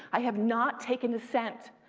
i have not taken a cent.